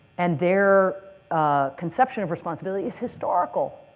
and their conception of responsibility is historical,